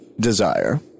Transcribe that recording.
desire